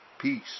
peace